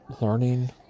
learning